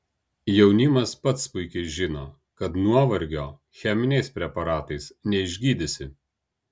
jaunimas pats puikiai žino kad nuovargio cheminiais preparatais neišgydysi